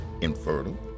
infertile